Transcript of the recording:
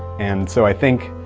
and so i think